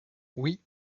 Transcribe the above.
oui